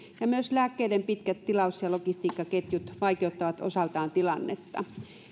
ja myös lääkkeiden pitkät tilaus ja logistiikkaketjut vaikeuttavat osaltaan tilannetta